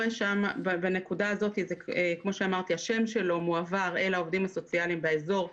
בנקודה הזו השם שלו מועבר אל העובדים הסוציאליים באזור.